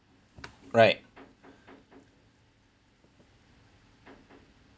right